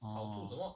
orh